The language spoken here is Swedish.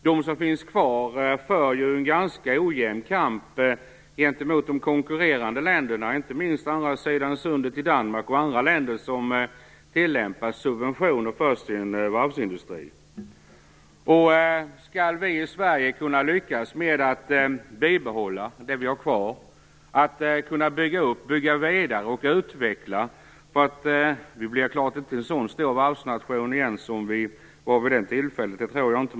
De som finns kvar för en ganska ojämn kamp gentemot de konkurrerande ländernas varv, inte minst varven på andra sidan sundet i Danmark och i andra länder som tillämpar subventioner för sin varvsindustri. Skall vi i Sverige lyckas med att bibehålla de varv som finns kvar måste vi bygga vidare på dem och utveckla dem - vi kan naturligtivs inte bli en så stor varvsnation som vi en gång var, det tror jag inte.